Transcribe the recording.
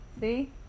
See